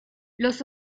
los